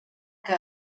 que